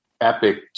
epic